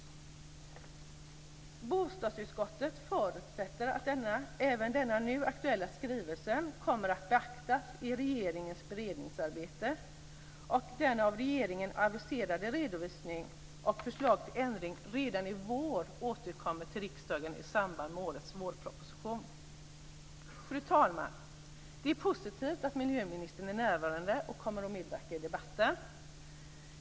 Bostadsutskottet förutsätter att även den nu aktuella skrivelsen kommer att beaktas i regeringens beredningsarbete och att den av regeringen aviserade redovisningen och förslag till ändring redan i vår återkommer till riksdagen i samband med årets vårproposition. Fru talman! Det är positivt att miljöministern är närvarande och kommer att medverka i debatten.